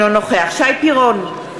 אינו נוכח שי פירון,